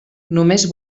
només